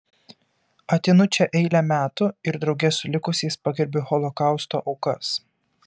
ateinu čia eilę metų ir drauge su likusiais pagerbiu holokausto aukas